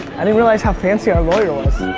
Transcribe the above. i didn't realize how fancy our lawyer was.